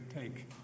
take